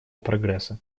прогресса